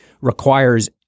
requires